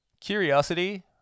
Curiosity